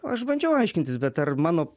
aš bandžiau aiškintis bet ar mano